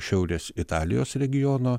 šiaurės italijos regiono